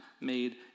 made